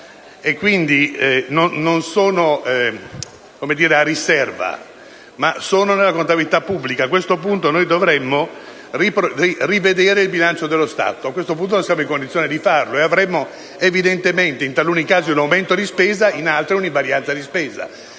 e quindi non sono a riserva, ma rientrano nella contabilità pubblica. A questo punto dovremmo rivedere il bilancio dello Stato e non siamo in condizioni di farlo e avremmo evidentemente, in taluni casi, un aumento di spesa, in altri un'invarianza di spesa.